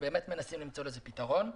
מנסים למצוא לזה פתרון.